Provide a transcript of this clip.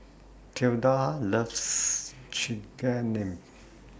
Tilda loves Chigenabe